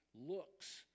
looks